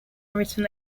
written